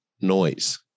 noise